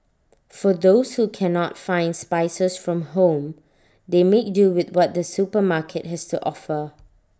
for those who cannot find spices from home they make do with what the supermarket has to offer